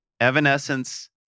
Evanescence